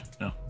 No